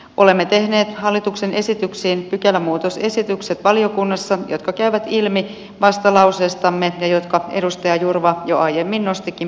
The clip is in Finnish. olemme tehneet valiokunnassa hallituksen esityksiin pykälämuutosesitykset jotka käyvät ilmi vastalauseestamme ja jotka edustaja jurva jo aiemmin nostikin puheenvuorossaan esiin